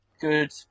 good